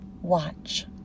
watch